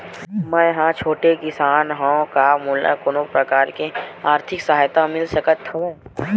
मै ह छोटे किसान हंव का मोला कोनो प्रकार के आर्थिक सहायता मिल सकत हवय?